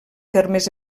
termes